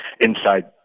inside